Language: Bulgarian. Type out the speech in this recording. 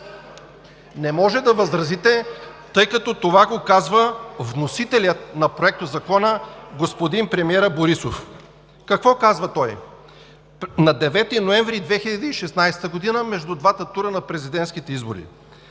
Не може да възразите, тъй като това го казва вносителят на Проектозакона – господин премиерът Борисов. Какво казва той на 9 ноември 2016 г., между двата тура на президентските избори?